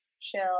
chill